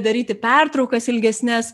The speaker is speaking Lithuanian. daryti pertraukas ilgesnes